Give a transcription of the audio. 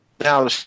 now